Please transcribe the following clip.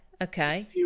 Okay